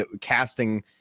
casting